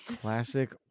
Classic